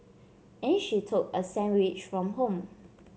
and she took a sandwich from home